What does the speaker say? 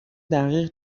دقیق